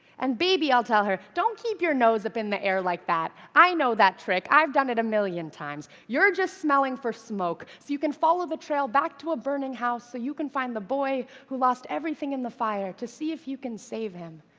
and, baby, i'll tell her, don't keep your nose up in the air like that. i know that trick i've done it a million times. you're just smelling for smoke so you can follow the trail back to a burning house, so you can find the boy who lost everything in the fire to see if you can save him.